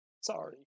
Sorry